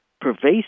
pervasive